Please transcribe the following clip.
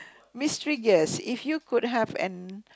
mystery guest if you could have an